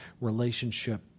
relationship